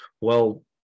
Well-